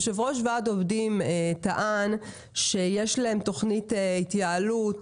יושב ראש וועד העובדים טען שיש להם תוכנית התייעלות,